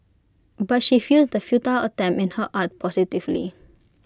but she views the futile attempt in her art positively